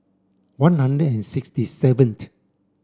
one hundred and sixty seventh